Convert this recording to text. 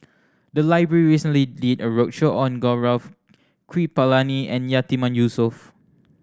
the library recently did a roadshow on Gaurav Kripalani and Yatiman Yusof